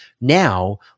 Now